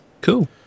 cool